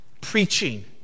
Preaching